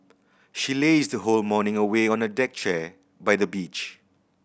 she lazed the whole morning away on a deck chair by the beach